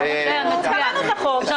בואו נצביע, שמענו את החוק.